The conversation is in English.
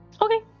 Okay